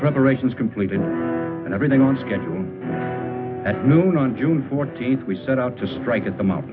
preparations completed and everything on schedule at noon on june fourteenth we set out to strike at the